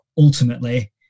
ultimately